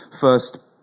First